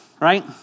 right